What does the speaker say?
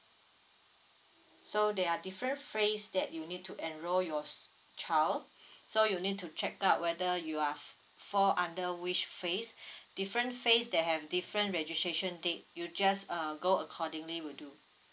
so there are different phase that you need to enroll your s~ child so you need to check out whether you are f~ fall under which phase different phase they have different registration date you just uh go accordingly will do